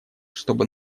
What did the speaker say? чтобы